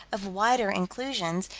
of wider inclusions,